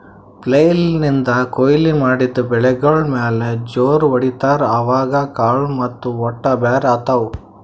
flail ನಿಂದ್ ಕೊಯ್ಲಿ ಮಾಡಿದ್ ಬೆಳಿಗೋಳ್ ಮ್ಯಾಲ್ ಜೋರ್ ಹೊಡಿತಾರ್, ಅವಾಗ್ ಕಾಳ್ ಮತ್ತ್ ಹೊಟ್ಟ ಬ್ಯಾರ್ ಆತವ್